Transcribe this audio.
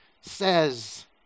says